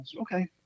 okay